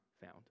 found